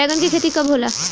बैंगन के खेती कब होला?